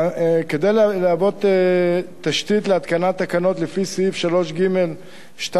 כדי להוות תשתית להתקנת תקנות לפי סעיף 3(ג)(2)